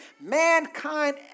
mankind